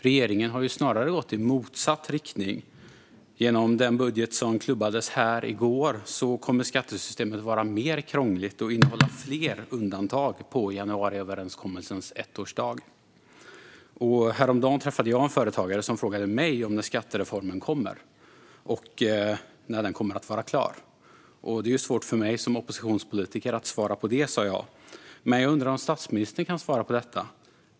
Regeringen har ju snarare gått i motsatt riktning - genom den budget som klubbades här i går kommer skattesystemet att vara krångligare och innehålla fler undantag på januariöverenskommelsens ettårsdag. Häromdagen träffade jag en företagare som frågade mig om när skattereformen kommer och när den kommer att vara klar. Det är ju svårt för mig som oppositionspolitiker att svara på det, sa jag, men jag undrar om statsministern kan svara på detta.